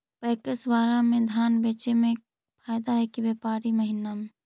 PACS बाला में धान बेचे मे फायदा है कि व्यापारी महिना?